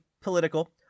political